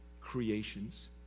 creations